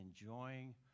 enjoying